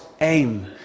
aim